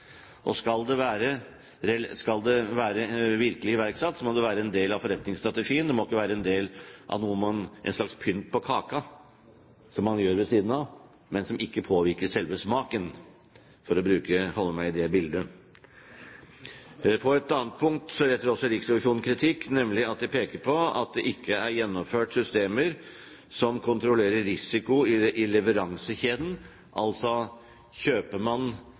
Skal det virkelig være iverksatt, må det være en del av forretningsstrategien, det må ikke være en del av en slags pynt på kaka som man gjør ved siden av, men som ikke påvirker selve smaken, for å holde meg i det bildet. På et annet punkt retter også Riksrevisjonen kritikk. De peker på at det ikke er gjennomført systemer som kontrollerer risiko i leveransekjeden, altså kjøper